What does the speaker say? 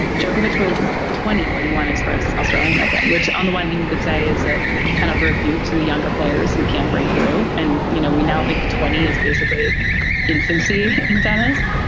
djokovic was twenty when he won his first australian open, which on the one hand you could say is a kind of rebuke to the younger players who can't break through. and, you know, we now think of twenty is basically infancy in tennis.